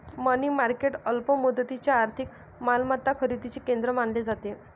मनी market अल्प मुदतीच्या आर्थिक मालमत्ता खरेदीचे केंद्र मानले जाते